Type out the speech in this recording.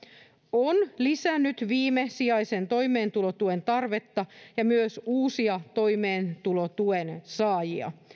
on lisännyt viimesijaisen toimeentulotuen tarvetta ja myös uusia toimeentulotuen saajia